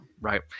right